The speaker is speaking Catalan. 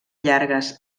llargues